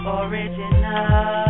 original